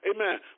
Amen